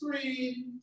three